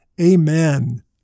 Amen